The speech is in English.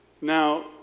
Now